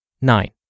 Nine